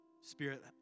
Spirit